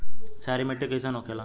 क्षारीय मिट्टी कइसन होखेला?